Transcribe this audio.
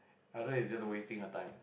I think it's just wasting you time